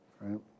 Right